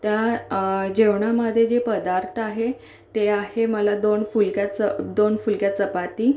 त्या जेवणामधे जे पदार्थ आहे ते आहे मला दोन फुलक्या च दोन फुलक्या चपाती